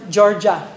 Georgia